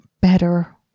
better